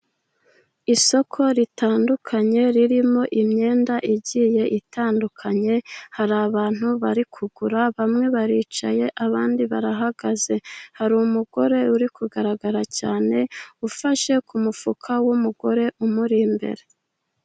Isoko ritandukanye, ririmo imyenda igiye itandukanye, hari abantu bari kugura, bamwe baricaye abandi barahagaze, hari umugore uri kugaragara cyane, ufashe ku mufuka w'umugore umuri imbere.